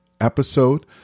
episode